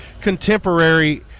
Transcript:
contemporary